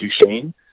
Duchesne